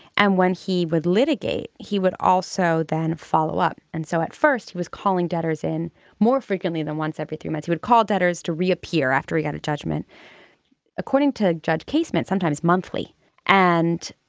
and when he would litigate he would also then follow up. and so at first he was calling debtors in more frequently than once every three months would call debtors to reappear after he got a judgment according to judge casement sometimes monthly and